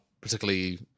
particularly